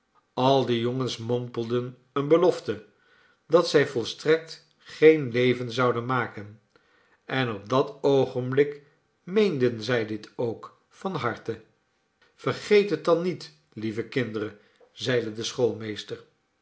al de jongens mompelden eene belofte dat zij volstrekt geen leven zouden maken en op dat oogenblik meenden zij dit ook van harte vergeet het dan niet lievekinderen zeide de